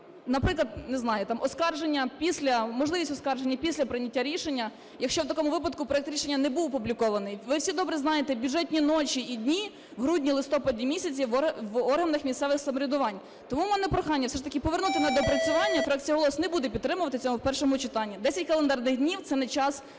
після, можливість оскарження після прийняття рішення, якщо в такому випадку проект рішення не був опублікований. Ви всі добре знаєте бюджетні ночі і дні в грудні-листопаді місяці в органах місцевого самоврядування. Тому в мене прохання все ж таки повернути на доопрацювання. Фракція "Голос" не буде підтримувати це в першому читанні. 10 календарних днів – це не час